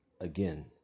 Again